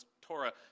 Torah